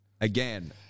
again